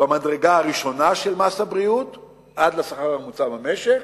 במדרגה הראשונה של מס הבריאות עד לשכר הממוצע במשק,